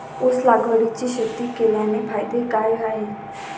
ऊस लागवडीची शेती केल्याचे फायदे काय आहेत?